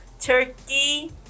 turkey